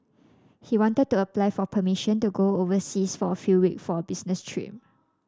he wanted to apply for permission to go overseas for a few week for a business trip